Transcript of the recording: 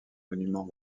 monuments